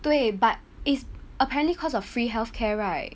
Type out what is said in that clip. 对 but is apparently cause of free health care right